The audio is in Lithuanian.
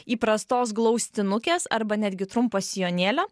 įprastos glaustinukės arba netgi trumpo sijonėlio